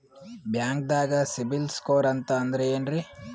ಬ್ಯಾಂಕ್ದಾಗ ಸಿಬಿಲ್ ಸ್ಕೋರ್ ಅಂತ ಅಂದ್ರೆ ಏನ್ರೀ?